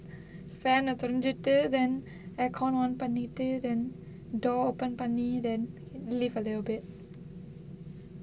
fan ah தொறந்துட்டு:thoranthuttu then aircon on பண்ணிட்டு:pannittu then door open பண்ணி:panni then live a little bit